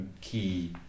key